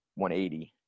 180